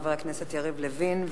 חבר הכנסת יריב לוין,